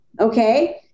okay